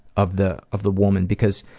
of the of the woman, because